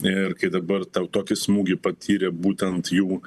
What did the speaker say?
ir kai dabar tau tokį smūgį patyrė būtent jų